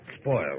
spoiled